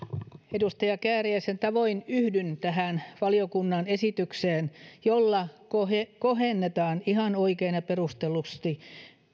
edustaja kääriäisen tavoin yhdyn tähän valiokunnan esitykseen jolla kohennetaan ihan oikein ja perustellusti